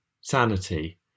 sanity